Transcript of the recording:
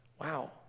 Wow